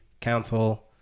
council